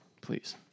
please